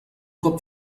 cop